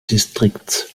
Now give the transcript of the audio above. distrikts